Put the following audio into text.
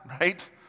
right